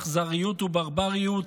אכזריות וברבריות,